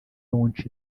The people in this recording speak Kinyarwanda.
launch